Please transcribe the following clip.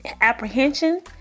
apprehension